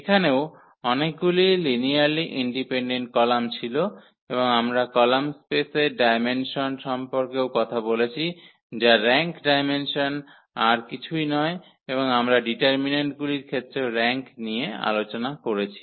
এখানেও অনেকগুলি linearly independent column ছিল এবং আমরা কলাম স্পেসের ডায়মেনসন সম্পর্কেও কথা বলেছি যা র্যাঙ্ক ডায়মেনসন আর কিছুই নয় এবং আমরা ডিটারমিন্যান্টগুলির ক্ষেত্রেও র্যাঙ্ক নিয়ে আলোচনা করেছি